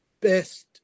best